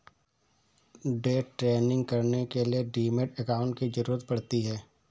day trading करने के लिए डीमैट अकांउट की जरूरत पड़ती है